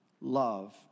love